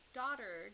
daughter